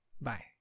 Bye